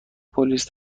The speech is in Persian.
پلیس